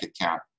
account